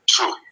True